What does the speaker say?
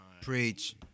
Preach